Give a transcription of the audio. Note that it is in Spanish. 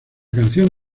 canción